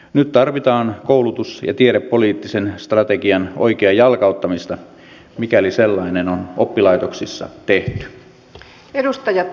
nyt tarvitaan koulutus ja tiedepoliittisen strategian oikeaa jalkauttamista mikäli sellainen on oppilaitoksissa tehty